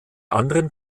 anderen